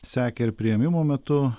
sekė ir priėmimų metu